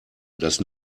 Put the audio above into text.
das